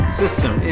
system